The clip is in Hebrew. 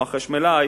או החשמלאי